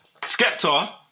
Skepta